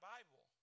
Bible